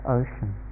ocean